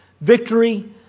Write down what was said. victory